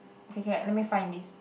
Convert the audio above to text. okay k let me find this